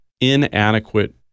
inadequate